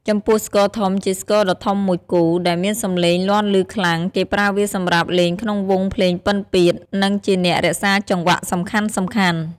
ចំពោះស្គរធំ ជាស្គរដ៏ធំមួយគូ ដែលមានសំឡេងលាន់ឮខ្លាំង គេប្រើវាសម្រាប់លេងក្នុងវង់ភ្លេងពិណពាទ្យ និងជាអ្នករក្សាចង្វាក់សំខាន់ៗ។